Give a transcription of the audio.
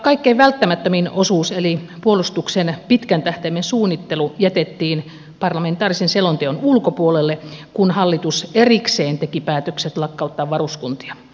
kaikkein välttämättömin osuus eli puolustuksen pitkän tähtäimen suunnittelu jätettiin parlamentaarisen selonteon ulkopuolelle kun hallitus erikseen teki päätökset lakkauttaa varuskuntia